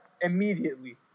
immediately